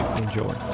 Enjoy